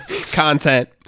content